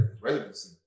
residency